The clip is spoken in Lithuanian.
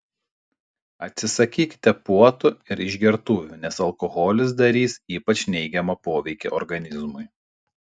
atsisakykite puotų ir išgertuvių nes alkoholis darys ypač neigiamą poveikį organizmui